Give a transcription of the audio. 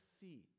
see